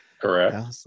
Correct